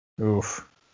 Oof